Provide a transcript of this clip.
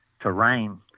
terrain